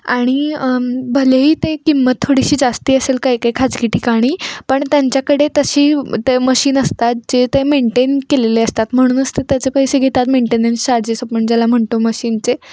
आणि भलेही ते किंमत थोडीशी जास्त असेल काही काही खाजगी ठिकाणी पण त्यांच्याकडे तशी ते मशीन असतात जे ते मेंटेन केलेले असतात म्हणूनच ते त्याचे पैसे घेतात मेंटेन्स चार्जेस आपण ज्याला म्हणतो मशीनचे